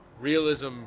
Realism